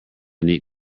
neat